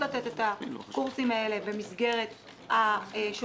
כדי לממן את הקורסים האלה הם גובים 31 שקלים.